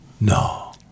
No